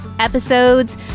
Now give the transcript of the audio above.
episodes